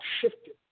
shifted